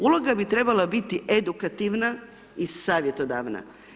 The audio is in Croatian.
Uloga bi trebala biti edukativna i savjetodavna.